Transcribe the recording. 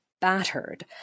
battered